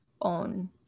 own